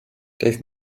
dave